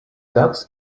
ducks